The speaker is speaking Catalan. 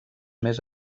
més